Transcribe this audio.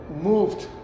moved